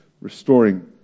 restoring